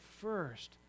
first